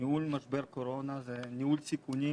ניהול משבר קורונה זה ניהול סיכונים.